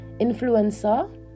Influencer